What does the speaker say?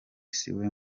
siwe